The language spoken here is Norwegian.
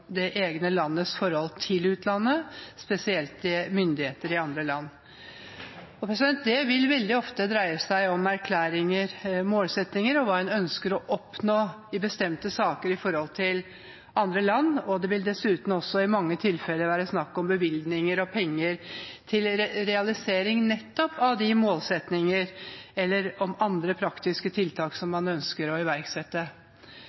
det egne landets forhold til utlandet, spesielt til myndigheter i andre land. Det vil veldig ofte dreie seg om erklæringer, målsettinger og hva en ønsker å oppnå i bestemte saker når det gjelder andre land. I mange tilfeller vil det dessuten være snakk om bevilgninger og penger til realisering av målsettinger eller om andre praktiske tiltak som